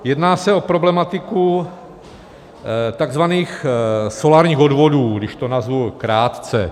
Jedná se o problematiku takzvaných solárních odvodů, když to nazvu krátce.